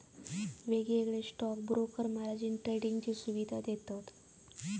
वेगवेगळे stock broker margin ट्रेडिंगची सुवीधा देतत